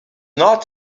not